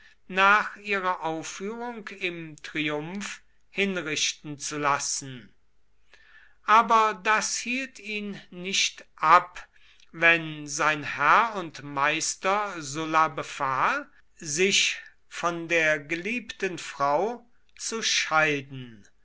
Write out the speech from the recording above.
nach ihrer aufführung im triumph hinrichten zu lassen aber das hielt ihn nicht ab wenn sein herr und meister sulla befahl sich von der geliebten frau zu scheiden